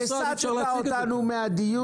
אפשר --- תודה שהסטת אותנו מהדיון.